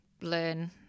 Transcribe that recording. learn